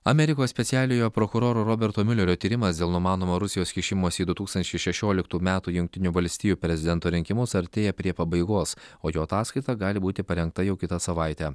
amerikos specialiojo prokuroro roberto miulerio tyrimas dėl numanomo rusijos kišimosi į du tūkstančiai šešioliktų metų jungtinių valstijų prezidento rinkimus artėja prie pabaigos o jo ataskaita gali būti parengta jau kitą savaitę